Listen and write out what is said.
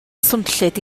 swnllyd